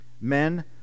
Men